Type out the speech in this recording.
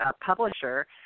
publisher